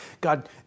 God